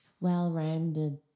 well-rounded